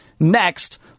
Next